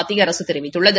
மத்திய அரசு தெரிவித்துள்ளது